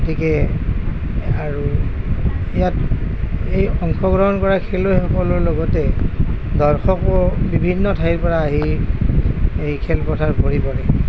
গতিকে আৰু ইয়াত সেই অংশগ্ৰহণ কৰা খেলুৱৈসকলৰ লগতে দৰ্শকো বিভিন্ন ঠাইৰ পৰা আহি এই খেলপথাৰ ভৰি পৰে